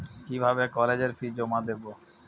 কিভাবে কলেজের ফি জমা দেবো?